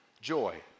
joy